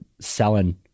selling